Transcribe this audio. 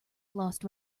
lost